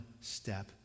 step